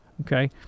Okay